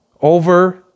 over